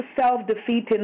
self-defeating